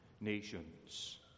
nations